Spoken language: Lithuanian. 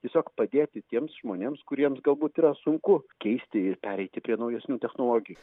tiesiog padėti tiems žmonėms kuriems galbūt yra sunku keisti ir pereiti prie naujesnių technologijų